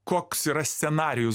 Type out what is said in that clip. koks yra scenarijus